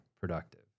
productive